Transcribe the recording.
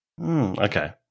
Okay